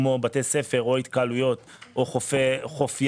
כמו בתי ספר או התקהלויות או חוף ים,